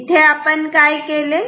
आपण काय केले